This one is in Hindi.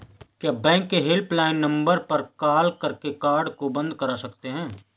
क्या बैंक के हेल्पलाइन नंबर पर कॉल करके कार्ड को बंद करा सकते हैं?